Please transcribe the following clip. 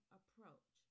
approach